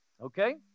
okay